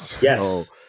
Yes